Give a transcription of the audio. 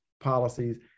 policies